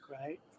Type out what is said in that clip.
right